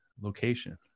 location